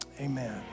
Amen